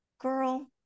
girl